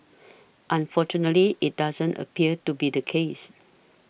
unfortunately it doesn't appear to be the case